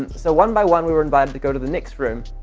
so, one by one we were invited to go to the next room,